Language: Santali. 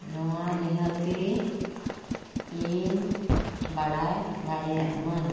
ᱱᱚᱣᱟ ᱱᱤᱦᱟᱹᱛᱤ ᱤᱧ ᱵᱟᱲᱟᱭ ᱫᱟᱲᱮᱭᱟᱜ ᱢᱟᱹᱧ